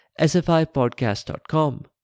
sfipodcast.com